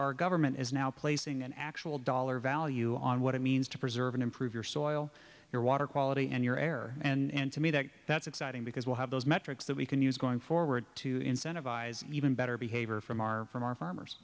our government is now placing an actual dollar value on what it means to preserve and improve your soil your water quality and your air and to me that that's exciting because we'll have those metrics that we can use going forward to incentivize even better behavior from our from our farmers